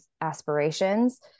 aspirations